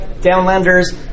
Downlanders